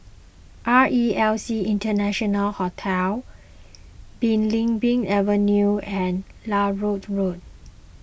R E L C International Hotel Belimbing Avenue and Larut Road